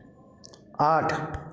आठ